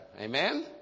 Amen